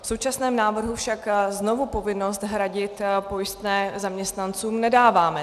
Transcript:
V současném návrhu však znovu povinnost hradit pojistné zaměstnancům nedáváme.